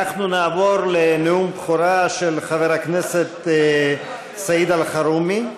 אנחנו נעבור לנאום בכורה של חבר הכנסת סעיד אלחרומי.